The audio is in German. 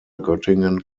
göttingen